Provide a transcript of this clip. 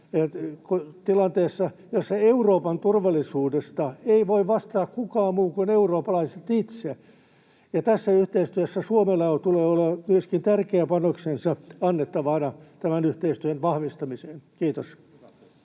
tilanteessa, jossa Euroopan turvallisuudesta ei voi vastata kukaan muu kuin eurooppalaiset itse, ja tässä yhteistyössä Suomella tulee olla myöskin tärkeä panoksensa annettavana tämän yhteistyön vahvistamiseen. — Kiitos.